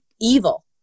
evil